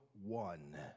one